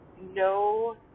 no